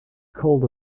called